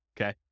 okay